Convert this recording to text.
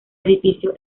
edificio